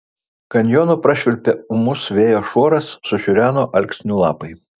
kanjonu prašvilpė ūmus vėjo šuoras sušiureno alksnių lapai